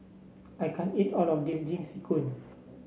I can't eat all of this Jingisukan